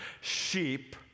sheep